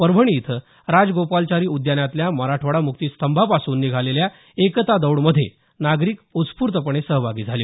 परभणी इथं राजगोपालाचारी उद्यानातल्या मराठवाडा मुक्ती स्तंभापासून निघालेल्या एकता दौड मध्ये नागरिक उत्स्फुर्तपणे सहभागी झाले